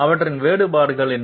அவற்றின் வேறுபாடுகள் என்ன